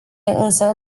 însă